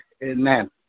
Amen